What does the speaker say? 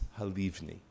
Halivni